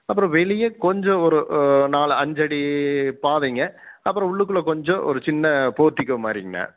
அப்புறம் வெளியே கொஞ்சம் நாலு அஞ்சடி பாதைங்க அப்புறம் உள்ளுக்குள்ளே ஒரு கொஞ்சம் சின்ன போர்டிகோ மாதிரிங்க அண்ணா